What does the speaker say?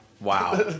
Wow